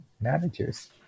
managers